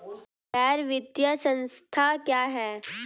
गैर वित्तीय संस्था क्या है?